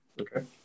okay